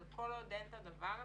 אבל כל עוד אין את הדבר הזה,